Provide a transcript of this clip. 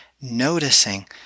noticing